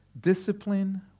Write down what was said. discipline